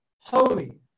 holy